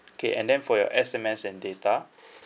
okay and then for your S_M_S and data